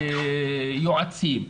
יועצים,